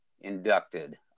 inducted